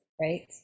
right